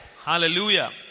Hallelujah